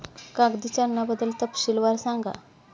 कागदी चलनाबद्दल तपशीलवार सांगा